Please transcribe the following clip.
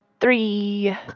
Three